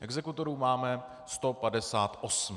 Exekutorů máme 158.